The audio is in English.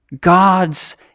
God's